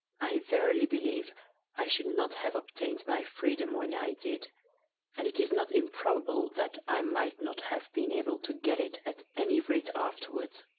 i verily believe i should not have obtained my freedom when i did and it is not improbable that i might not have been able to get it at any rate afterwards.